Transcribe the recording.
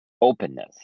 openness